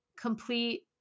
complete